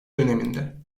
döneminde